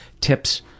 tips